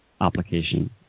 application